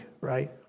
right